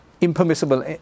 impermissible